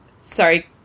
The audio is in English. sorry